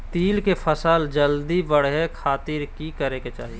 तिल के फसल जल्दी बड़े खातिर की करे के चाही?